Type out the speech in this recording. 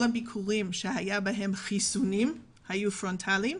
כל הביקורים שהיו בהם חיסונים, היו פרונטליים.